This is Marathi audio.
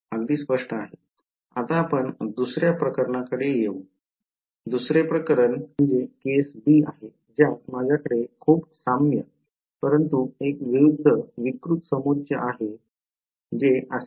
आता आपण दुसर्या प्रकरणाकडे येऊ दुसरे केस प्रकरण b आहे ज्यात माझ्याकडे खूप साम्य परंतु एक विरुध्द विकृत समोच्च हे आहे जे असे आहे